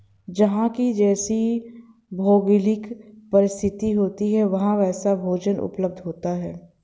जहां की जैसी भौगोलिक परिस्थिति होती है वहां वैसा भोजन उपलब्ध होता है